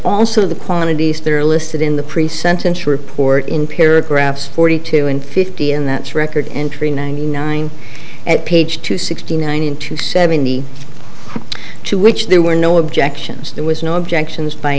also the quantities there are listed in the pre sentence report in paragraph forty two and fifty and that record entry ninety nine at page two sixty nine to seventy two which there were no objections there was no objections by